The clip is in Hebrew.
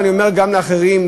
ואני אומר גם לאחרים,